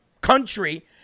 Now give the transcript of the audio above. country